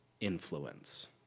influence